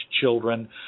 children